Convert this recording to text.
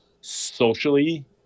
socially